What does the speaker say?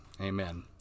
Amen